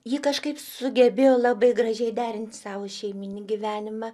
ji kažkaip sugebėjo labai gražiai derinti savo šeiminį gyvenimą